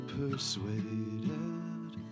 persuaded